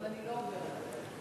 אבל אני לא עוברת אותו.